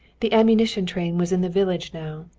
the ammunition train was in the village now.